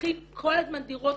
נפתחות כל הזמן דירות.